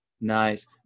Nice